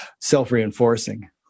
self-reinforcing